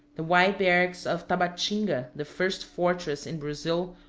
the white barracks of tabatinga, the first fortress in brazil,